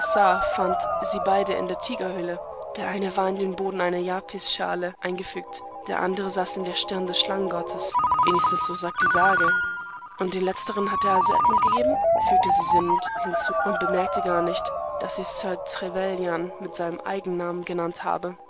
fand sie beide in der tigerhöhle der eine war in den boden einer jaspisschale eingefügt der andere saß in der stirn des schlangengottes wenigstens so sagt die sage und den letzteren hat er also edmund gegeben fügte sie sinnend hinzu und bemerkte gar nicht daß sie sir trevelyan mit seinem eigennamen genannt habe